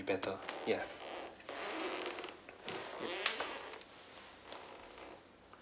better ya